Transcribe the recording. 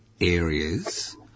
areas